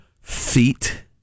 feet